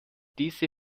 diese